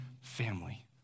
family